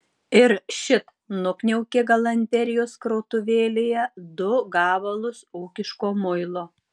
ir šit nukniaukė galanterijos krautuvėlėje du gabalus ūkiško muilo